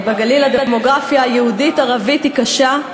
בגליל הדמוגרפיה היהודית-ערבית היא קשה.